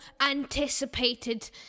anticipated